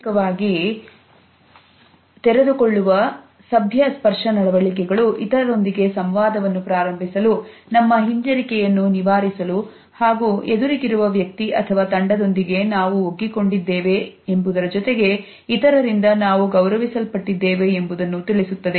ಸಾಮಾಜಿಕವಾಗಿ ಓಪನ್ ಆಗುವ ಸಭ್ಯ ಸ್ಪರ್ಶ ನಡವಳಿಕೆಗಳು ಇತರರೊಂದಿಗೆ ಸಂವಾದವನ್ನು ಪ್ರಾರಂಭಿಸಲು ನಮ್ಮ ಹಿಂಜರಿಕೆಯನ್ನು ನಿವಾರಿಸಲು ಹಾಗೂ ಎದುರಿಗಿರುವ ವ್ಯಕ್ತಿ ಅಥವಾ ತಂಡದೊಂದಿಗೆ ನಾವು ಒಳಗೊಂಡಿದ್ದೇವೆ ಎಂಬುದರ ಜೊತೆಗೆ ಇತರರಿಂದ ನಾವು ಗೌರವಿಸಲ್ಪಟ್ಟಿದ್ದೇವೆ ಎಂಬುದನ್ನು ತಿಳಿಸುತ್ತದೆ